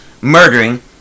murdering